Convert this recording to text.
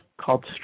called